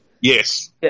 Yes